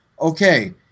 okay